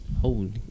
holy